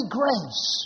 grace